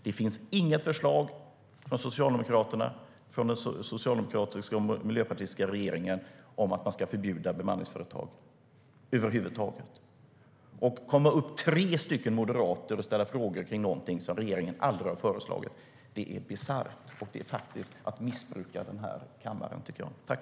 Det finns inget förslag från den socialdemokratiska och miljöpartistiska regeringen om att förbjuda bemanningsföretag över huvud taget.